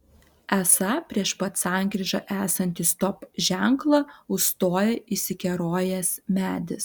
esą prieš pat sankryžą esantį stop ženklą užstoja įsikerojęs medis